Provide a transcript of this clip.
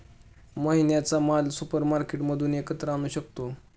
महिन्याचा माल सुपरमार्केटमधून एकत्र आणू शकतो